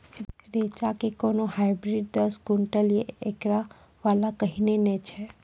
रेचा के कोनो हाइब्रिड दस क्विंटल या एकरऽ वाला कहिने नैय छै?